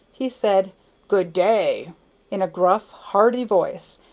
he said good day in a gruff, hearty voice,